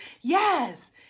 yes